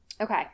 Okay